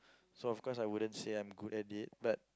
so of course I wouldn't say I'm good at it but